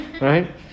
right